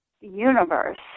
universe